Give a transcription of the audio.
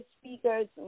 speakers